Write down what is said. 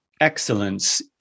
excellence